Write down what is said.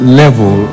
level